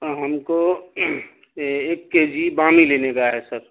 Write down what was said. ہم کو ایک کے جی بامی لینے کا ہے سر